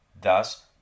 Thus